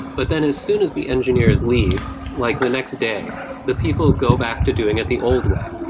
but then as soon as the engineers leave, like the next day the people go back to doing it the old way.